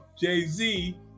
Jay-Z